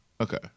Okay